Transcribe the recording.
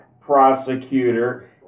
prosecutor